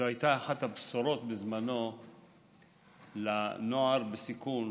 הייתה אחת הבשורות בזמנו לנוער בסיכון,